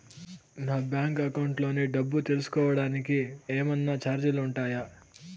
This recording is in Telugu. నా బ్యాంకు అకౌంట్ లోని డబ్బు తెలుసుకోవడానికి కోవడానికి ఏమన్నా చార్జీలు ఉంటాయా?